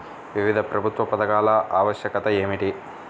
వివిధ ప్రభుత్వ పథకాల ఆవశ్యకత ఏమిటీ?